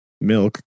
milk